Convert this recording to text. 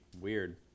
weird